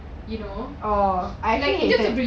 you know in terms of